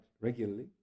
regularly